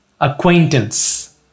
Acquaintance